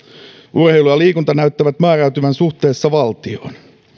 urheilu ja liikunta näyttävät määräytyvän suhteessa valtioon